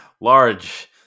large